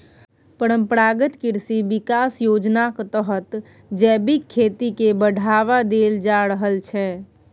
परंपरागत कृषि बिकास योजनाक तहत जैबिक खेती केँ बढ़ावा देल जा रहल छै